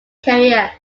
career